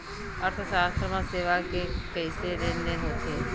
अर्थशास्त्र मा सेवा के कइसे लेनदेन होथे?